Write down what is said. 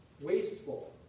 wasteful